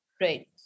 Right